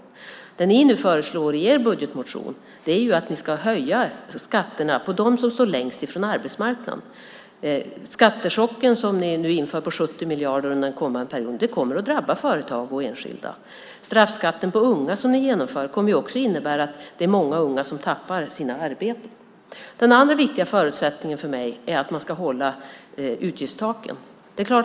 Det som ni nu föreslår i er budgetmotion är att skatterna ska höjas för dem som står längst från arbetsmarknaden. Den skattechock på 70 miljarder som ni vill införa under den kommande perioden kommer att drabba företag och enskilda. Straffskatten på unga som ni vill genomföra kommer också att innebära att många unga kommer att förlora sina arbeten. Den andra viktiga förutsättningen för mig är att man ska hålla utgiftstaken.